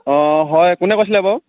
অ হয় কোনে কৈছিলে বাৰু